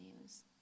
news